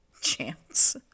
chance